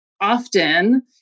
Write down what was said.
often